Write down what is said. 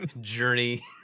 journey